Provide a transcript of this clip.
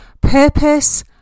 purpose